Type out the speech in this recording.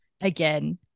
again